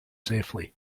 safely